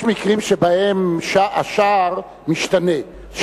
יש מקרים שבהם השער משתנה,